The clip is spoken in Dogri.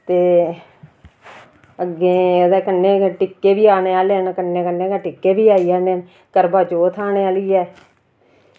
ते अग्गें कन्नै टिक्के बी आने आह्ले न एह्दे कन्नै कन्नै गै टिक्के बी आई जाने न करवाचौथ आने आह्ली ऐ